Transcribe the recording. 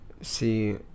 see